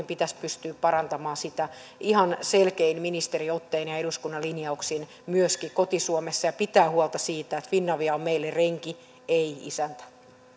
pitäisi pystyä parantamaan sitä ihan selkein ministeriottein ja eduskunnan linjauksin myöskin koti suomessa ja pitämään huolta siitä että finavia on meille renki ei isäntä